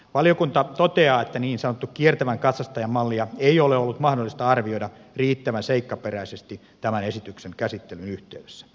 valiokunta toteaa että niin sanottua kiertävän katsastajan mallia ei ole ollut mahdollista arvioida riittävän seikkaperäisesti tämän esityksen käsittelyn yhteydessä